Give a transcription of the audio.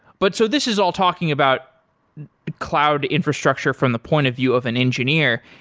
but so this is all talking about cloud infrastructure from the point of view of an engineer,